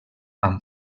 amb